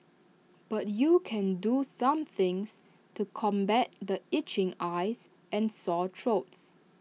but you can do some things to combat the itching eyes and sore throats